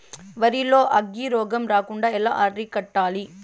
వరి లో అగ్గి రోగం రాకుండా ఎలా అరికట్టాలి?